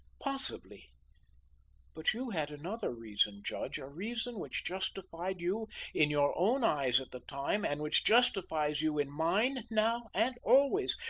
possibly but you had another reason, judge a reason which justified you in your own eyes at the time and which justifies you in mine now and always.